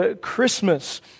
Christmas